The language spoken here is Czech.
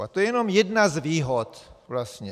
A to je jenom jedna z výhod vlastně.